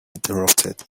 interrupted